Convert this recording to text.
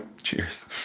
Cheers